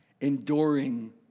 enduring